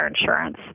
insurance